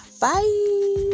bye